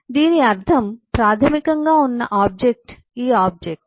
దీని అర్థం ప్రాథమికంగా ఇక్కడ ఉన్న ఆబ్జెక్ట్ ఈ ఆబ్జెక్ట్